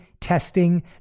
testing